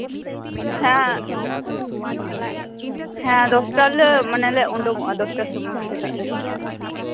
ᱦᱮᱸ ᱦᱮᱸ ᱫᱚᱥᱴᱟ ᱨᱮᱞᱮ ᱢᱟᱱᱮᱞᱮ ᱩᱰᱩᱠᱚᱜᱼᱟ ᱫᱚᱥᱴᱟ ᱥᱚᱢᱚᱭ ᱥᱮᱛᱟᱜ ᱨᱮ